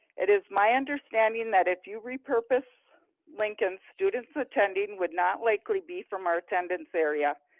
it is my understanding that if you repurpose lincoln, students attending would not likely be from our attendance area.